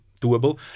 doable